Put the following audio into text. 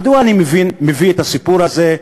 מדוע אני מביא את הסיפור הזה,